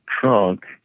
trunk